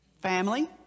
Family